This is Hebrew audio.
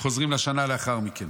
חוזרים לשנה לאחר מכן.